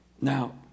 Now